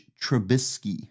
Trubisky